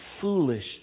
foolish